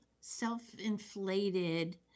self-inflated